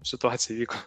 situacija įvyko